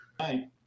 hi